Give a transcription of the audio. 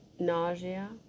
Nausea